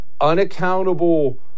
unaccountable